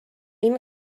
این